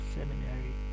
Seminary